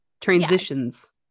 transitions